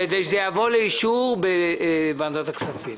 כדי שזה יבוא לאישור בוועדת הכספים.